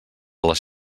les